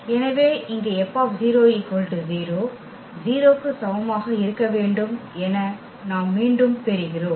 எனவே இங்கே F0 0 க்கு சமமாக இருக்க வேண்டும் என நாம் மீண்டும் பெறுகிறோம்